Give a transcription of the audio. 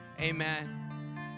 amen